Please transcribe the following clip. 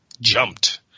jumped